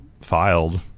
filed